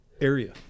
area